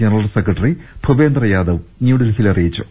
ജന റൽ സെക്രട്ടറി ഭുപേന്ദർ യാദവ് ന്യൂഡൽഹിയിൽ അറിയിച്ചു